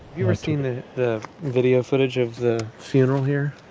you ever seen the the video footage of the funeral here?